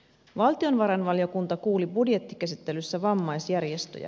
valtiovarainvaliokunta kuuli budjettikäsittelyssä vammaisjärjestöjä